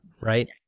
right